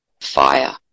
fire